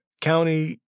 county